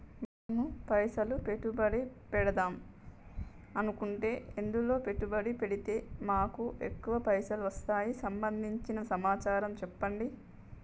మేము పైసలు పెట్టుబడి పెడదాం అనుకుంటే ఎందులో పెట్టుబడి పెడితే మాకు ఎక్కువ పైసలు వస్తాయి సంబంధించిన సమాచారం చెప్పండి?